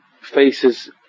faces